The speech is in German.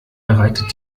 bereitet